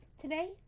Today